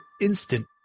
Instant